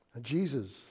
Jesus